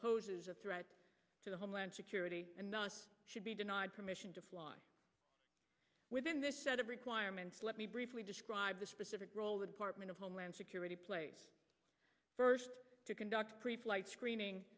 poses a threat to the homeland security and thus should be denied permission to fly within this set of requirements let me briefly describe the specific role the department of homeland security plays first to conduct preflight screening